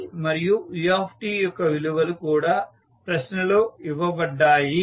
Bమరియు u యొక్క విలువలు కూడా ప్రశ్నలో ఇవ్వబడ్డాయి